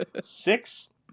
six